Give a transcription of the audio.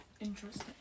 interesting